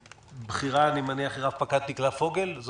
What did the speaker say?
הבכירה היא רפ"ק דקלה פוגל, אני מניח.